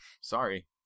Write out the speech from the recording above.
Sorry